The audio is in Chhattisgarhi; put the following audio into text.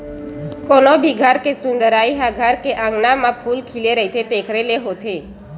कोनो भी घर के सुंदरई ह घर के अँगना म फूल खिले रहिथे तेखरे ले होथे